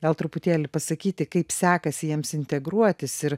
gal truputėlį pasakyti kaip sekasi jiems integruotis ir